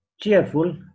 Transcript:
Cheerful